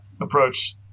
approach